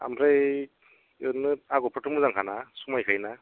ओमफ्राय ओरैनो आगरफ्राथ' मोजां खाना समायखायोना